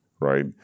right